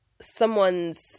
someone's